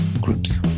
groups